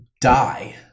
die